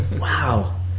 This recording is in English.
Wow